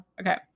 okay